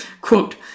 Quote